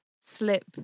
slip